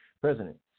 President